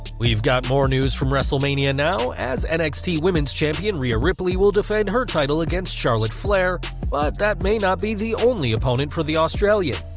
we've got more news from wrestlemania now, as nxt women's champion rhea ripley will defend her title against charlotte flair, but that may not be the only opponent for the australian.